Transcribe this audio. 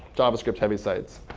javascript-heavy sites,